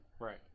right